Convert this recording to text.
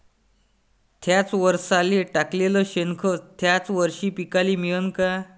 थ्याच वरसाले टाकलेलं शेनखत थ्याच वरशी पिकाले मिळन का?